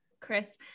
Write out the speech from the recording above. Chris